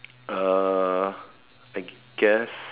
uh I guess